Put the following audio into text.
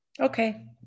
Okay